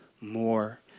more